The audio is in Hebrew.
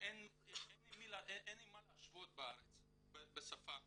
ואין עם מה להשוות בארץ בשפה הרוסית,